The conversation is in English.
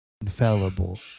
infallible